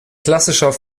klassischer